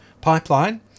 pipeline